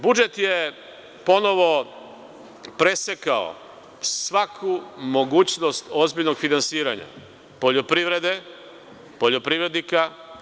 Budžet je ponovo presekao svaku mogućnost ozbiljnog finansiranja poljoprivrede, poljoprivrednika.